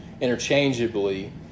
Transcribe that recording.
interchangeably